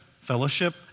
fellowship